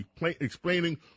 explaining